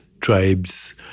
tribes